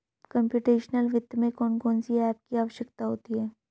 computational वित्त में कौन कौन सी एप की आवश्यकता होती है